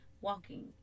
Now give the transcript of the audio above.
Walking